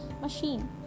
machine